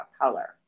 color